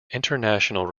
international